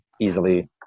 easily